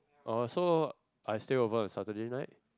oh so I stay over on Saturday night